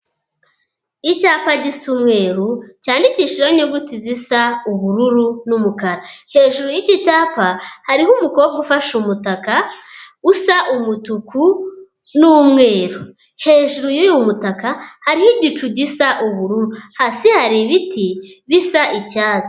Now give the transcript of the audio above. Icyapa gisa umweru cyandikishijeho inyuguti zisa ubururu n'umukara, hejuru y'iki cyapa hariho umukobwa ufashe umutaka usa umutuku n'umweru, hejuru y'uyu mutaka hariho igicu gisa ubururu, hasi hari ibiti bisa icyatsi.